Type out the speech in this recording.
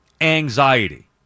anxiety